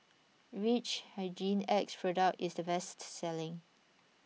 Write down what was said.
which Hygin X product is the best selling